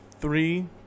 three